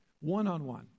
one-on-one